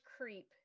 creep